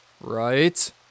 Right